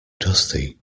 dusty